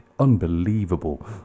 unbelievable